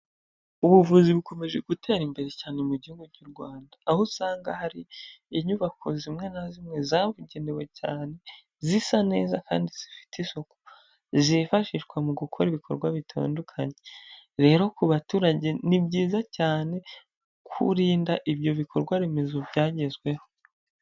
Ubuvuzi bukomeje gutera imbere cyane mu gihugu cy'u Rwanda, aho usanga hari inyubako zimwe na zimwe zabugenewe cyane zisa neza kandi zifite isuku zifashishwa mu gukora ibikorwa bitandukanye, rero ku baturage ni byiza cyane kurinda ibyo bikorwa remezo byagezweho.